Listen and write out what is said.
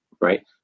right